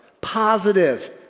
positive